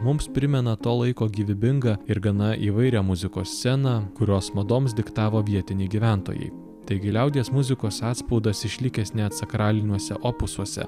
mums primena to laiko gyvybingą ir gana įvairią muzikos sceną kurios madoms diktavo vietiniai gyventojai taigi liaudies muzikos atspaudas išlikęs net sakraliniuose opusuose